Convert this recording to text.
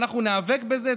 ואנחנו ניאבק בזה,